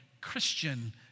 Christian